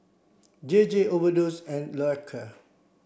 J J Overdose and Loacker